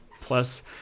plus